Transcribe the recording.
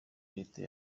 leta